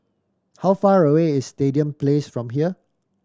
how far away is Stadium Place from here